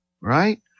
Right